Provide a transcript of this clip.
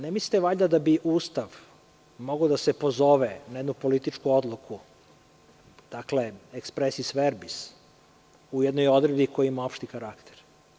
Ne mislite valjda da bi Ustav mogao da se pozove na jednu političku odluku, dakle, expresis verbis, u jednoj odredbi koja ima opšti karakter?